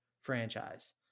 franchise